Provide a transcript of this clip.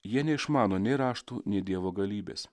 jie neišmano nei raštų nei dievo galybės